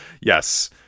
Yes